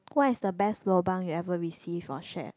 what is the best lobang you ever receive for share